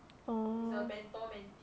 orh